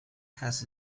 has